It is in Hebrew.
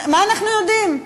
מה אנחנו יודעים?